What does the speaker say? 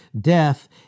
Death